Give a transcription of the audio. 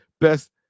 best